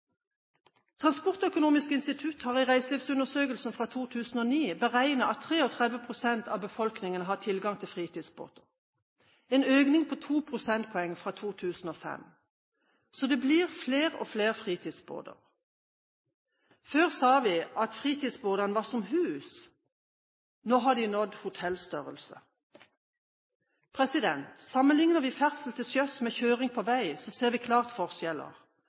Transportøkonomisk institutt har i reiselivsundersøkelsen fra 2009 beregnet at 33 pst. av befolkningen har tilgang til fritidsbåt, en økning på to prosentpoeng fra 2005. Så det blir flere og flere fritidsbåter. Før sa vi at fritidsbåtene var som hus, nå har de nådd hotellstørrelse. Sammenligner vi ferdsel til sjøs med kjøring på vei, ser vi klare forskjeller: